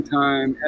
time